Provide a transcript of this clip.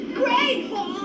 grateful